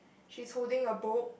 she's holding a book